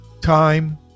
Time